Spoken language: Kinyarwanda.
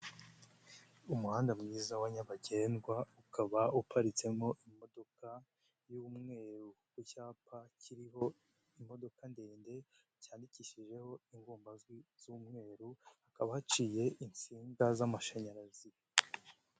Umuhanda mwiza wa nyabagendwa ukaba uparitsemo imodoka y'umweru ku cyapa kiriho imodoka ndende cyandikishijeho ingombajwi z'umweru hakaba haciye insinga z'amashanyarazi.